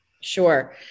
Sure